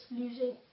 losing